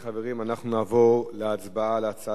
חברים, אנחנו נעבור להצבעה על ההצעה